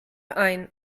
ein